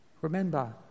remember